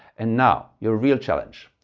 and now your real challenge.